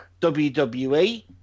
WWE